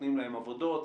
נותנים להם עבודות,